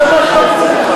תעשה מה שאתה רוצה.